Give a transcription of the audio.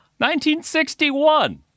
1961